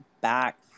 back